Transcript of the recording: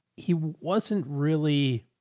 he wasn't really.